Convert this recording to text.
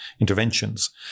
interventions